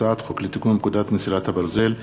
מטעם הממשלה: הצעת חוק לתיקון פקודת מסילות הברזל (מס'